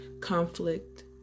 conflict